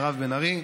מירב בן ארי,